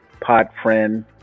Podfriend